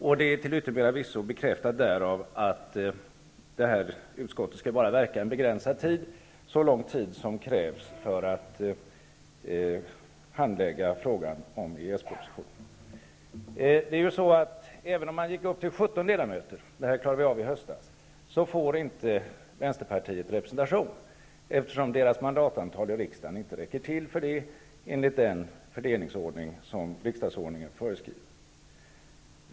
Detta är till yttermera visso bekräftat av att utskottet skall verka under en begränsad tid -- så lång tid som krävs för att handlägga frågan om EES Även om antalet ledamöter skulle utökas till 17 -- den frågan löste vi i höstas -- får inte Vänsterpartiet någon representation, eftersom partiets mandatantal i riksdagen inte räcker till enligt den fördelningsordning som riksdagsordningen föreskriver.